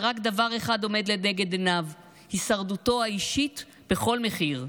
רק דבר אחד עומד לנגד עיניו: הישרדותו האישית בכל מחיר,